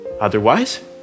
Otherwise